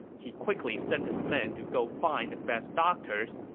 he quickly sent his men to go find the best doctors,